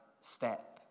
step